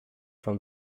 from